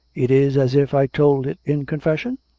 it is as if i told it in confession?